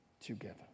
together